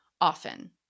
often